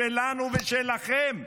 שלנו ושלכם,